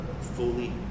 fully